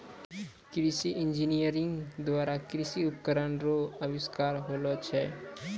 कृषि इंजीनियरिंग द्वारा कृषि उपकरण रो अविष्कार होलो छै